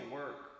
work